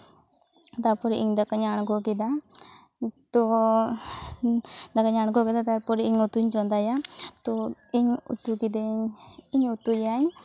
ᱛᱟᱯᱚᱨ ᱤᱧ ᱫᱟᱠᱟᱧ ᱟᱬᱜᱚ ᱠᱮᱫᱟ ᱛᱚ ᱫᱟᱠᱟᱧ ᱟᱬᱜᱚ ᱠᱮᱫᱟ ᱛᱟᱨᱯᱚᱨᱮ ᱤᱧ ᱩᱛᱩᱧ ᱪᱚᱸᱫᱟᱭᱟ ᱛᱚ ᱤᱧ ᱩᱛᱩ ᱠᱤᱫᱟᱹᱧ ᱤᱧ ᱩᱛᱩᱭᱟᱹᱧ